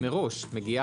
הם מקשים,